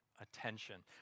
attention